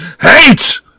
Hate